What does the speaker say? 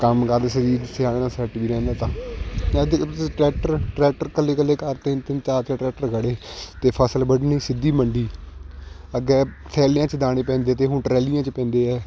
ਕੰਮ ਕਰਦੇ ਸਰੀਰ ਸਿਆਣਿਆਂ ਦਾ ਸੈੱਟ ਵੀ ਰਹਿੰਦਾ ਤਾ ਅੱਜ ਦੇ ਟਰੈਟਰ ਟਰੈਕਟਰ ਇਕੱਲੇ ਇਕੱਲੇ ਘਰ ਤਿੰਨ ਤਿੰਨ ਚਾਰ ਚਾਰ ਟਰੈਕਟਰ ਖੜ੍ਹੇ ਅਤੇ ਫ਼ਸਲ ਵੱਢਣੀ ਸਿੱਧੀ ਮੰਡੀ ਅੱਗੇ ਥੈਲਿਆਂ 'ਚ ਦਾਣੇ ਪੈਂਦੇ ਤੇ ਹੁਣ ਟਰੈਲੀਆਂ 'ਚ ਪੈਂਦੇ ਹੈ